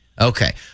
Okay